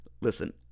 listen